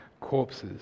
corpses